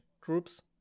groups